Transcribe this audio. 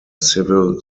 civil